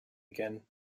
again